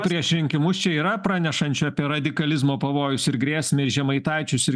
prieš rinkimus čia yra pranešančių apie radikalizmo pavojus ir grėsmę i žemaitaičius ir